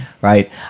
Right